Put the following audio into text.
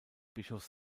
bischof